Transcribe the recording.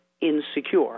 insecure